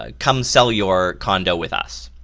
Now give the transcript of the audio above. ah come sell your condo with us,